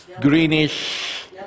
greenish